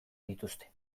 dituzte